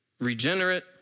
Regenerate